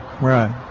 right